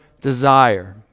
desire